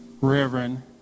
Reverend